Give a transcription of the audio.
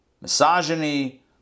Misogyny